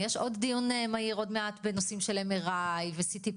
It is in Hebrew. יש עוד דיון מהיר עוד מעט בנושאים של M.R.I. ו-C.T.